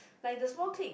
like if the small clip